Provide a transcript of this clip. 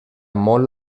molt